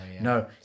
No